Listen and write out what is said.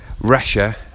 Russia